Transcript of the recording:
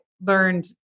learned